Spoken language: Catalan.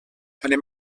anem